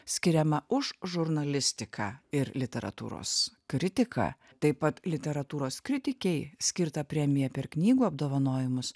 skiriama už žurnalistiką ir literatūros kritiką taip pat literatūros kritikei skirtą premiją per knygų apdovanojimus